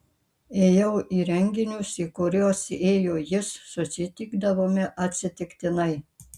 ėjau į renginius į kuriuos ėjo jis susitikdavome atsitiktinai